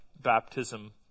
baptism